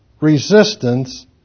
resistance